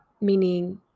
meaning